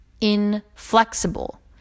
inflexible